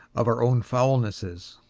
of our own foulnesses.